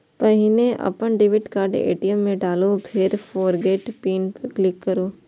पहिने अपन debit card ATM मे डालू, फेर फोरगेट पिन पर क्लिक करू